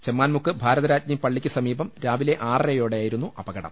ചെമ്മാൻമുക്ക് ഭാരതരാജ്ഞി പളളിക്കുസമീപം രാവിലെ ആറരയോടെ യായിരുന്നു അപകടം